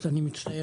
אז אני מצטער,